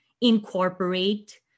incorporate